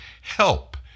help